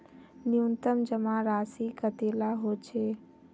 न्यूनतम जमा राशि कतेला होचे?